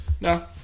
no